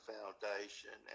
Foundation